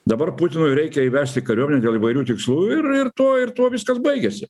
dabar putinui reikia įvesti kariuomenę dėl įvairių tikslų ir ir tuo ir tuo viskas baigiasi